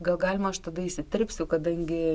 gal galima aš tada įsiterpsiu kadangi